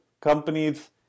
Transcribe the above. companies